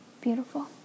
Beautiful